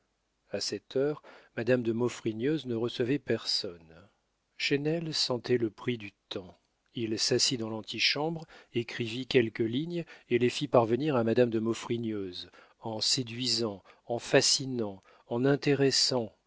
a cette heure madame de maufrigneuse ne recevait personne chesnel sentait le prix du temps il s'assit dans l'antichambre écrivit quelques lignes et les fit parvenir à madame de maufrigneuse en séduisant en fascinant en intéressant